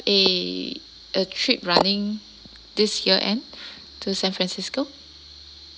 a a trip running this year end to san francisco